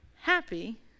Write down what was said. Happy